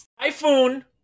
Typhoon